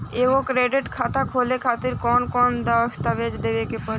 एगो करेंट खाता खोले खातिर कौन कौन दस्तावेज़ देवे के पड़ी?